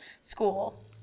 School